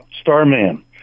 starman